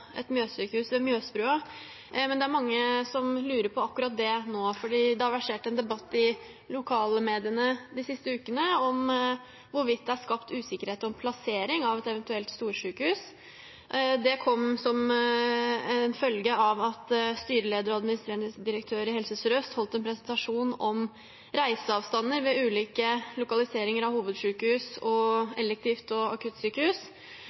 et mjøssykehus ved Mjøsbrua. Det er mange som lurer på akkurat det nå, for det har versert en debatt i lokalmediene de siste ukene om hvorvidt det er skapt usikkerhet om plassering av et eventuelt storsykehus. Det kom som følge av at styreleder og administrerende direktør i Helse Sør-Øst holdt en presentasjon om reiseavstander ved ulike lokaliseringer av hovedsykehus, elektivt sykehus og akuttsykehus.